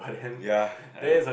ya I know